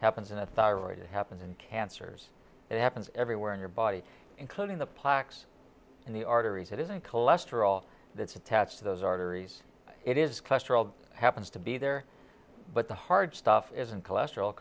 happens in the thyroid it happens in cancers it happens everywhere in your body including the plaques in the arteries it isn't cholesterol that's attached to those arteries it is cluster happens to be there but the hard stuff isn't cholesterol